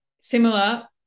similar